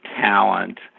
talent